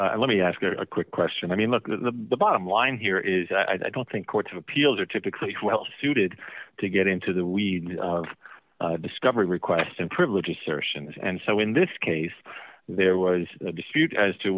you let me ask you a quick question i mean look the bottom line here is i don't think courts of appeals are typically well suited to get into the weeds discovery request and privilege assertions and so in this case there was a dispute as to